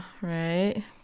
right